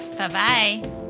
Bye-bye